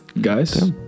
guys